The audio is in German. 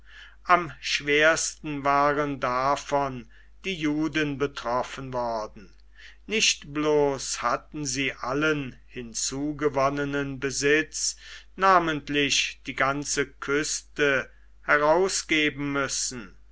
am schwersten waren davon die juden betroffen worden nicht bloß hatten sie allen hinzugewonnenen besitz namentlich die ganze küste herausgeben müssen